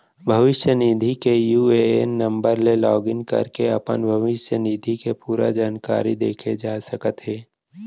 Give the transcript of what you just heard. भविस्य निधि के यू.ए.एन नंबर ले लॉगिन करके अपन भविस्य निधि के पूरा जानकारी देखे जा सकत हे